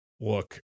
look